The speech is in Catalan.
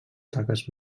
taques